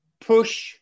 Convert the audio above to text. Push